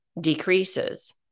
decreases